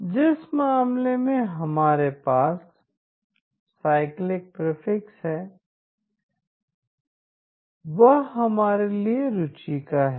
जिस मामले में हमारे पास साइक्लिक प्रीफिक्स है वह हमारे लिए रुचि का है